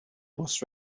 was